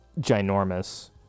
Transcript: ginormous